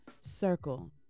Circle